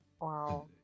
wow